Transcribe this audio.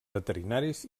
veterinaris